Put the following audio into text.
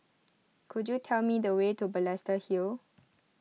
could you tell me the way to Balestier Hill